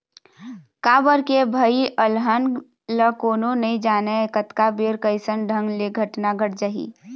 काबर के भई अलहन ल कोनो नइ जानय कतका बेर कइसन ढंग के घटना घट जाही